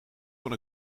kon